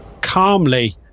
calmly